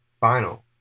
final